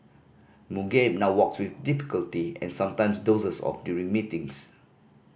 Mugabe now walks with difficulty and sometimes dozes off during meetings